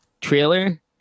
trailer